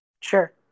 Sure